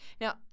Now